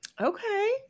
Okay